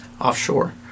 Offshore